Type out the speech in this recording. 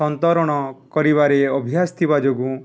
ସନ୍ତରଣ କରିବାରେ ଅଭ୍ୟାସ ଥିବା ଯୋଗୁଁ